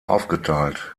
aufgeteilt